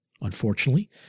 Unfortunately